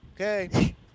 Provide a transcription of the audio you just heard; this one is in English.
okay